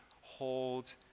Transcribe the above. hold